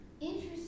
Interesting